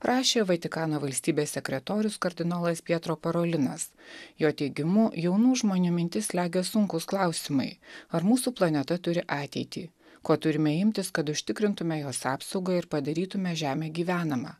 rašė vatikano valstybės sekretorius kardinolas pietro parolinas jo teigimu jaunų žmonių mintis slegia sunkūs klausimai ar mūsų planeta turi ateitį ko turime imtis kad užtikrintume jos apsaugą ir padarytume žemę gyvenama